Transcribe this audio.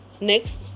next